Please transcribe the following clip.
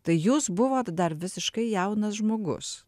tai jūs buvot dar visiškai jaunas žmogus